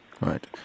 Right